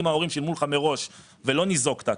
אם ההורים שלמו לך מראש ולא ניזוקת,